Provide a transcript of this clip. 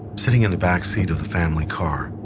sitting in the back seat of the family car,